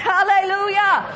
Hallelujah